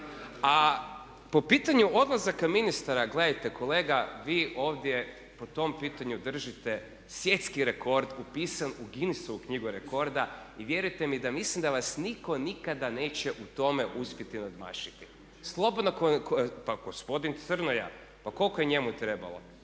A po pitanju odlazaka ministara, gledajte kolega, vi ovdje po tom pitanju držite svjetski rekord upisan u Guinnessovu knjigu rekorda i vjerujte mi da mislim da vas nitko nikada neće u tome uspjeti nadmašiti. Pa gospodin Crnoja, pa koliko je njemu trebalo?